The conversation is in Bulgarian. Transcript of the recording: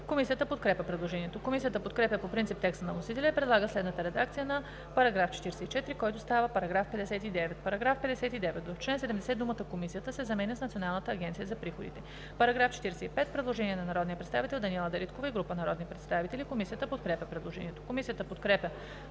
Комисията подкрепя предложението. Комисията подкрепя по принцип текста на вносителя и предлага следната редакция на § 44, който става § 59: „§ 59. В чл. 70 думата „Комисията“ се заменя с „Националната агенция за приходите“.“ По § 45 има предложение на народния Даниела Дариткова и група народни представители. Комисията подкрепя предложението.